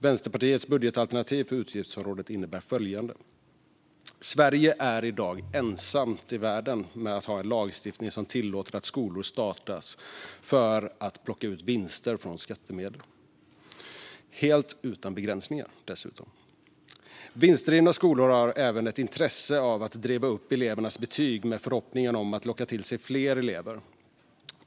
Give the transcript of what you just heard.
Vänsterpartiets budgetalternativ för utgiftsområdet innebär följande: Sverige är i dag ensamt i världen med att ha en lagstiftning som tillåter att skolor startas för att plocka ut vinster från skattemedel, helt utan begränsningar dessutom. Vinstdrivna skolor har även ett intresse av att driva upp elevernas betyg med förhoppningen om att locka till sig fler elever.